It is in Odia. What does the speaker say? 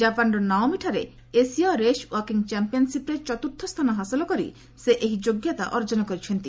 ଜାପାନ୍ର ନାଓମିଠାରେ ଏସୀୟ ରେସ୍ ୱାକିଂ ଚାମ୍ପିୟନ୍ସିପ୍ରେ ଚତୁର୍ଥ ସ୍ଥାନ ହାସଲ କରି ସେ ଏହି ଯୋଗ୍ୟତା ଅର୍ଜନ କରିଛନ୍ତି